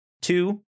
two